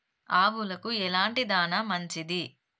ఆవులకు ఎలాంటి దాణా మంచిది?